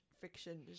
Fiction